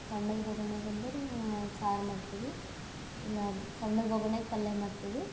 ಸಣ್ಣದು ಬೋಗುಣ್ಯಾಗ ಅಂದರೆ ಸಾರು ಮಾಡ್ತೀವಿ ಇಲ್ಲ ಸಣ್ಣದು ಬೊಗುಣ್ಯಾಗ ಪಲ್ಯ ಮಾಡ್ತೀವಿ